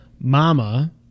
Mama